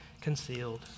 concealed